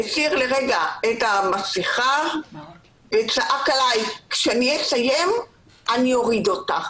הסיר לרגע את המסכה וצעק עליי: כשאני אסיים אני אוריד אותה.